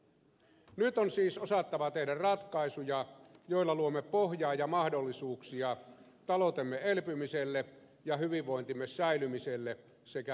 nyt on siis osattava tehdä ratkaisuja joilla luomme pohjaa ja mahdollisuuksia taloutemme elpymiselle ja hyvinvointimme säilymiselle sekä sen vahvistamiselle